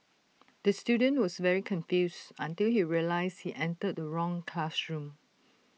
the student was very confused until he realised he entered the wrong classroom